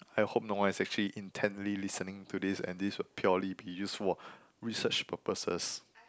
I hope no one is actually intently listening to this and this would purely be used for research purposes